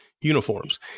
uniforms